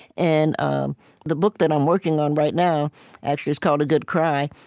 and um the book that i'm working on right now actually, it's called a good cry,